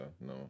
no